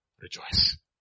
rejoice